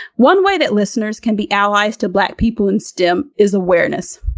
one way that listeners can be allies to black people in stem is awareness.